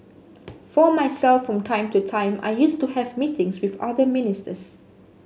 for myself from time to time I used to have meetings with other ministers